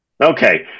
Okay